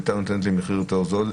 היא היתה נותנת לי מחיר יותר זול?